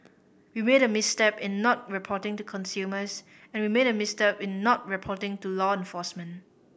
we made a misstep in not reporting to consumers and we made a misstep in not reporting to law enforcement